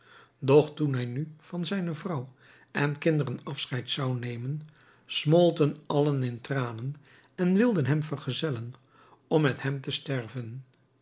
doch toen hij nu van zijne vrouw en kinderen afscheid zou nemen smolten allen in tranen en wilden hem vergezellen om met hem te sterven